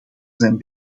zijn